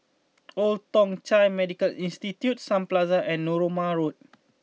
Old Thong Chai Medical Institution Sun Plaza and Narooma Road